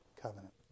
covenant